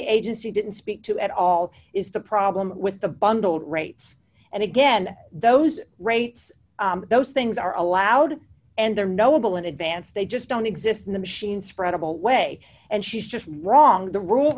the agency didn't speak to at all is the problem with the bundled rates and again those rates those things are allowed and they're knowable in advance they just don't exist in the machine spreadable way and she's just wrong the ru